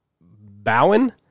Bowen